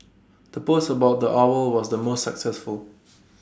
the post about the owl was the most successful